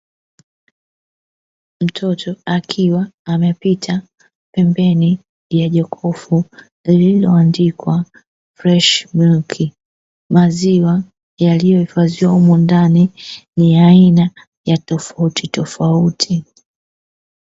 Mtoto akiwa amepita pembeni ya jokofu lililoandikwa ''fresh milk''. Maziwa yaliyohifadhiwa humo ndani, ni ya aina ya tofautitofauti.